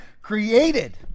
created